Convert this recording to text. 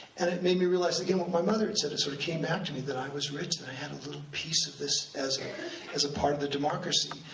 and it made me realize that, you know what, my mother had said, it sort of came back to me that i was rich, that i had a little piece of this as yeah as a part of the democracy.